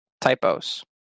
Typos